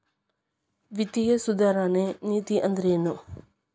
ವಿತ್ತೇಯ ಸುಧಾರಣೆ ನೇತಿ ಅಂದ್ರೆನ್